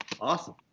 Awesome